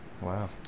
Wow